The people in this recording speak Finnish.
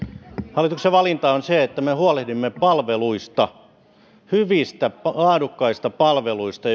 hallituksen valinta on se että me huolehdimme palveluista hyvistä laadukkaista palveluista